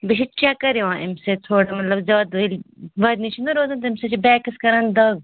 بیٚیہِ چھ چَکَر یِوان امہ سۭتۍ تھوڑا مَطلَب ییٚلہِ زیادٕ وۄدنہِ چھ نہ روزان تمہ سۭتۍ چھِ بیکَس کران دگ